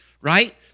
right